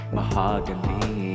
Mahogany